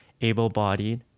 able-bodied